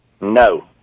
No